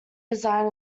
design